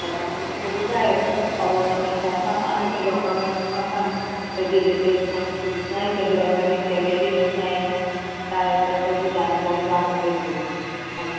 त तव्हां मूंखे ॿुधायो और हुनमें छा छा पाण खे डाक्यूमेंट्स खपनि सॼी डिटेल तव्हां मूंखे ॿुधाए छॾियो घणी सेलेरी ॾींदा इन त इहा सॼी जानकारी तव्हां मूंखे ॾियो